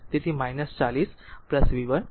તેથી 40 v 1 v 2 0